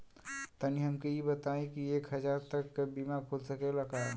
तनि हमके इ बताईं की एक हजार तक क बीमा खुल सकेला का?